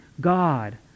God